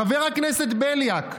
חבר הכנסת בליאק,